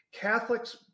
Catholics